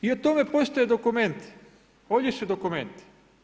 I o tome postoje dokumenti, ovdje su dokumenti.